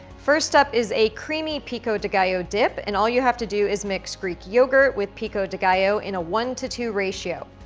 first up is a creamy pico de gallo dip, and all you have to do is mix greek yogurt with pico de gallo in a one two ratio.